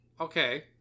Okay